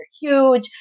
huge